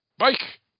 Mike